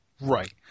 Right